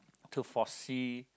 to foresee